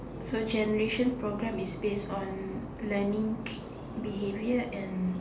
so generation programme is base on learning behaviour and